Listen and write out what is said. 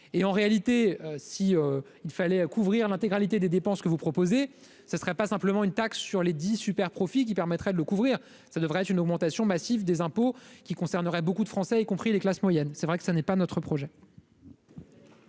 et en réalité, si il fallait à couvrir l'intégralité des dépenses que vous proposez, ce serait pas simplement une taxe sur les dix super profits qui permettrait de le couvrir, ça devrait être une augmentation massive des impôts qui concernerait beaucoup de Français, y compris les classes moyennes, c'est vrai que ça n'est pas notre projet.